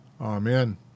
Amen